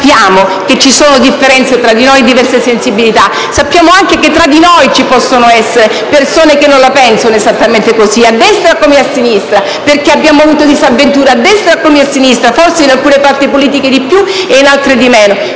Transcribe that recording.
Sappiamo che vi sono differenze fra di noi e diverse sensibilità; sappiamo anche che tra noi possono esserci persone che non la pensano esattamente così, a destra come a sinistra, perché abbiamo avuto disavventure a destra come a sinistra (forse in alcune parti politiche di più ed in altre di meno).